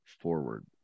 forward